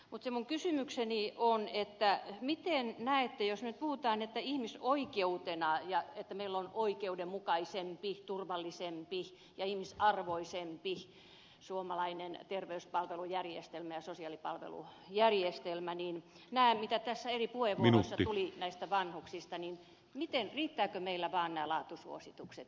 minun kysymykseni on miten näette jos nyt puhutaan ihmisoikeuksista että meillä on oikeudenmukaisempi turvallisempi ja ihmisarvoisempi suomalainen terveyspalvelujärjestelmä ja sosiaalipalvelujärjestelmä kuten tässä eri puheenvuoroissa tuli esiin näistä vanhuksista riittävätkö meillä vain nämä laatusuositukset